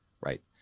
right